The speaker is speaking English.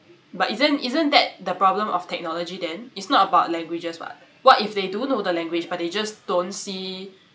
but isn't isn't that the problem of technology then it's not about languages what what if they do know the language but they just